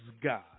God